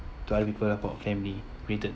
to other people about family-related